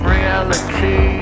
reality